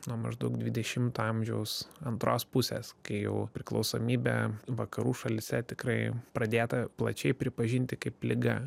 nuo maždaug dvidešimto amžiaus antros pusės kai jau priklausomybę vakarų šalyse tikrai pradėta plačiai pripažinti kaip liga